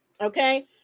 okay